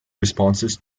responses